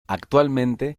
actualmente